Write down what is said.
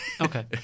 Okay